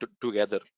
together